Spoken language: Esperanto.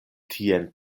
tien